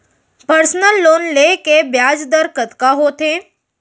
Personal loan ले के ब्याज दर कतका होथे?